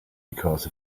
because